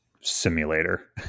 simulator